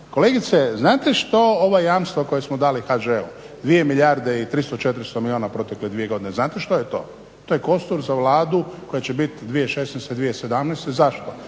kolegice znate što ova jamstva koja smo dali HŽ-u 2 milijarde i 300, 400 milijuna protekle dvije godine, znate što je to? To je kostur za vladu koja će biti 2016., 2017. Zašto?